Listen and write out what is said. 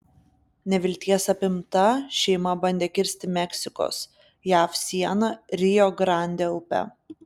nevilties apimta šeima bandė kirsti meksikos jav sieną rio grande upe